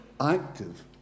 active